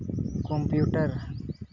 computer